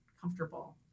comfortable